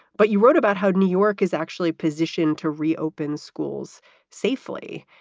but you wrote about how new york is actually positioned to reopen schools safely.